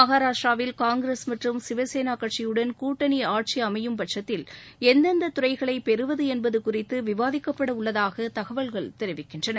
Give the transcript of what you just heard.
மஹராஷ்டிராவில் Congress மற்றும் சிவசேனா கட்சியுடன் கூட்டணி ஆட்சி அமையும்பட்சத்தில் எந்தெந்த துறைகளை பெறுவது என்பது குறித்து விவாதிக்கப்பட உள்ளதாக தகவல்கள் தெரிவிக்கின்றன